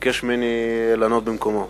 וביקש ממני לענות במקומו.